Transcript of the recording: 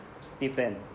Stephen